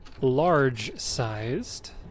large-sized